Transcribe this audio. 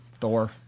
Thor